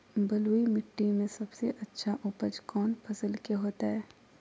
बलुई मिट्टी में सबसे अच्छा उपज कौन फसल के होतय?